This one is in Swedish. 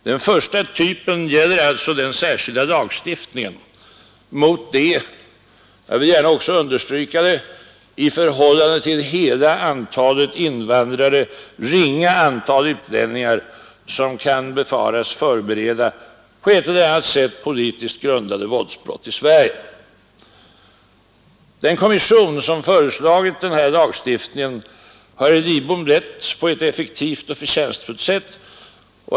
Den första typen gäller den särskilda lagstiftningen mot det jag vill gärna också understryka detta — i förhållande till hela antalet invandrare ringa antal utlänningar som kan befaras förbereda på ett eller annat sätt politiskt grundade våldsbrott i Sverige. Den kommission som föreslagit den lagstiftningen har herr Lidbom lett på ett effektivt och förtjänstfullt sätt.